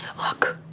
look?